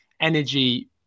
energy